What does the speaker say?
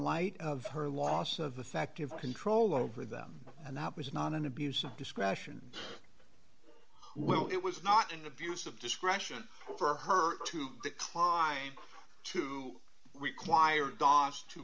light of her loss of effective control over them and that was not an abuse of discretion well it was not an abuse of discretion for her to decline to require